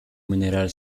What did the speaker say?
mineral